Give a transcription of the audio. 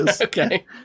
Okay